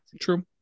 True